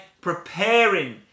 preparing